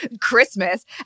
Christmas